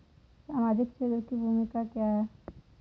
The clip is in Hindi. सामाजिक क्षेत्र की भूमिका क्या है?